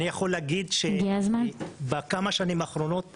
אני יכול להגיד שבכמה השנים האחרונות עשינו.